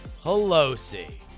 Pelosi